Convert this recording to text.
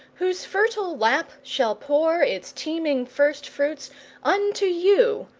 whose fertile lap shall pour its teeming firstfruits unto you,